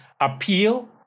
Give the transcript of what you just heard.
appeal